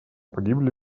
погибли